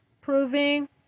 proving